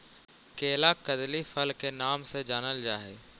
केला कदली फल के नाम से जानल जा हइ